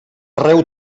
arreu